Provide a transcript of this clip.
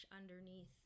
underneath